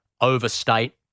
overstate